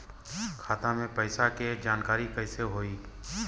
खाता मे पैसा के जानकारी कइसे होई?